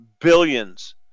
Billions